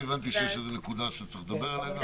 והבנתי שיש איזה נקודה שצריך לדבר עליה.